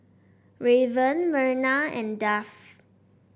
Raven Myrna and Duff